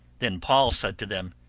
then paul said to them,